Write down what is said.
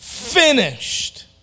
finished